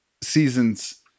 seasons